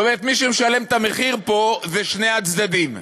זאת אומרת, מי שמשלם את המחיר פה זה שני הצדדים.